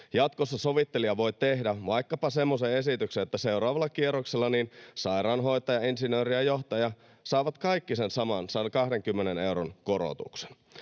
Jatkossa sovittelija voi tehdä vaikkapa semmoisen esityksen, että seuraavalla kierroksella sairaanhoitaja, insinööri ja johtaja saavat kaikki sen saman 120 euron korotuksen.